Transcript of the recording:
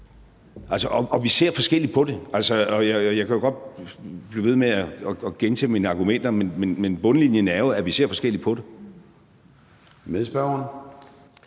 det, der bærer det. Altså, jeg kan jo godt blive ved med at gentage mine argumenter, men bundlinjen er jo, at vi ser forskelligt på det. Kl.